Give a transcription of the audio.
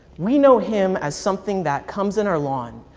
we know him as something that comes in our lawn,